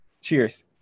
Cheers